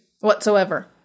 whatsoever